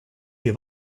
have